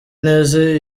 neza